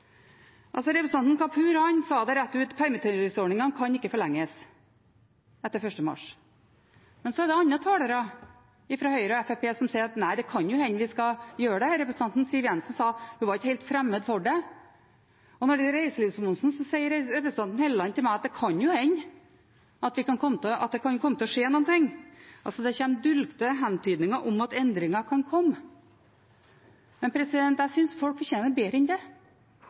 Representanten Kapur sa det rett ut: Permitteringsordningen kan ikke forlenges etter 1. mars. Men det er andre talere fra Høyre og Fremskrittspartiet som sier: Nei, det kan jo hende vi skal gjøre det. Representanten Siv Jensen sa at hun ikke var helt fremmed for det. Når det gjelder reiselivsmomsen, sa representanten Helleland til meg at det kan jo hende at det kan komme til å skje noe. Det kommer altså dulgte hentydninger om at endringer kan komme. Jeg synes folk fortjener bedre enn det.